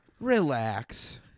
relax